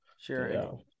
Sure